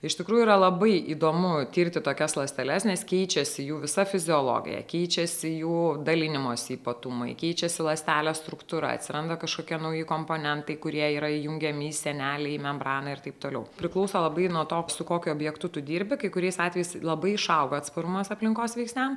iš tikrųjų yra labai įdomu tirti tokias ląsteles nes keičiasi jų visa fiziologija keičiasi jų dalinimosi ypatumai keičiasi ląstelės struktūra atsiranda kažkokie nauji komponentai kurie yra įjungiami į sienelę į membraną ir taip toliau priklauso labai nuo to su kokiu objektu tu dirbi kai kuriais atvejais labai išauga atsparumas aplinkos veiksniams